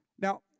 Now